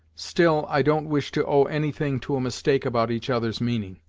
still i don't wish to owe any thing to a mistake about each other's meaning.